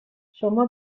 شما